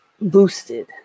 boosted